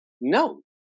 No